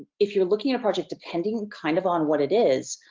if you're looking at a project depending kind of on what it is,